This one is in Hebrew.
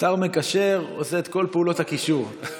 שר מקשר עושה את כל פעולות הקישור.